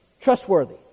trustworthy